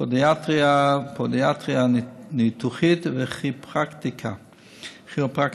פודיאטריה, פודיאטריה ניתוחית וכירופרקטיקה.